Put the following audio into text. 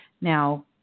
Now